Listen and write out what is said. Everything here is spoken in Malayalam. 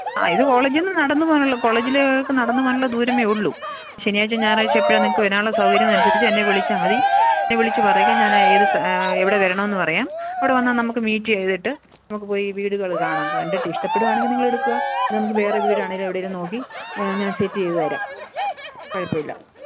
ആ ഇത് കോളേജീന്ന് നടന്ന് പോകാനുളളൂ കോളേജിലേക്ക് നടന്ന് പോകാനുള്ള ദൂരമേ ഉള്ളൂ ശനിയാഴ്ചയും ഞായറാഴ്ചയും എപ്പഴാ നിങ്ങൾക്ക് വരാനുള്ള സൗകര്യം എന്നനുസരിച്ച് എന്നെ വിളിച്ചാൽ മതി എന്നെ വിളിച്ച് പറയുക ഞാൻ ഏത് എവിടെ വരണം എന്ന് പറയാം അവിടെ വന്നാൽ നമുക്ക് മീറ്റ് ചെയ്തിട്ട് നമുക്ക് പോയി വീടുകൾ കാണാം കണ്ടിട്ട് ഇഷ്ടപ്പെടുകയാണെങ്കിൾ നിങ്ങൾ എടുക്കുക അല്ലെങ്കിൽ നമുക്ക് വേറെ വീടാണെങ്കിലും എവിടേലും നോക്കി ഞാന് സെറ്റ് ചെയ്ത് തരാം കുഴപ്പം ഇല്ല